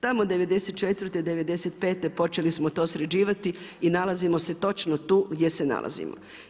Tamo '94.-te, '95. počeli smo to sređivati i nalazimo se točno tu gdje se nalazimo.